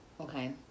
Okay